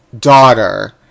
daughter